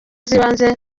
z’ibanze